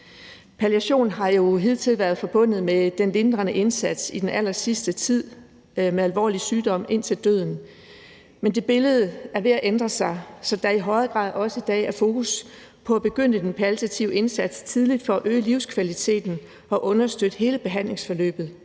Palliation har jo hidtil været forbundet med den lindrende indsats i den allersidste tid med alvorlig sygdom indtil døden, men det billede er ved at ændre sig, så der i højere grad i dag også er fokus på at begynde den palliative indsats tidligt for at øge livskvaliteten og understøtte hele behandlingsforløbet